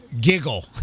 giggle